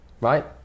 Right